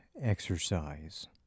exercise